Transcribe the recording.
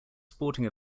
sporting